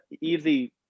easy